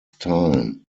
time